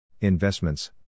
investments